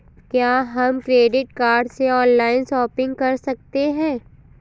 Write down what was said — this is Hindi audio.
क्या हम क्रेडिट कार्ड से ऑनलाइन शॉपिंग कर सकते हैं?